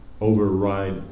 override